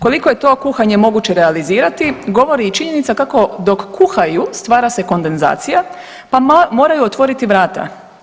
Koliko je to kuhanje moguće realizirati govori i činjenica kako dok kuhaju stvara se kondenzacija pa moraju otvoriti vrata.